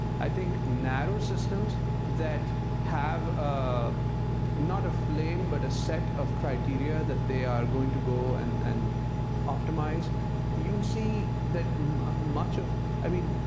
i think narrow systems that have ah not a flame but a set of criteria that they are going to go and and optimize you'll see that much of i mean,